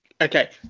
Okay